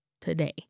today